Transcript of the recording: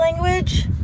language